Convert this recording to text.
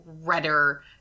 redder